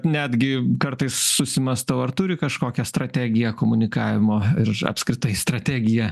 net netgi kartais susimąstau ar turi kažkokią strategiją komunikavimo ir apskritai strategiją